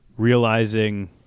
Realizing